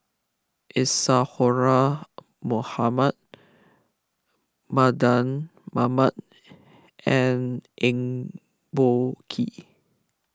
Isadhora Mohamed Mardan Mamat and Eng Boh Kee